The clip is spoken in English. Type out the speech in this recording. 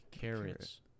carrots